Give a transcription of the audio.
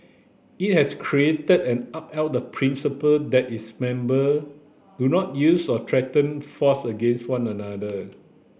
it has created and upheld the principle that its member do not use or threaten force against one another